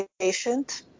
patient